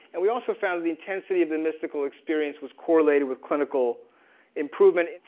and we also found the intensity of the mystical experience was correlated with clinical improvement.